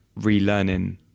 relearning